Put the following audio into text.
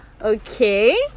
okay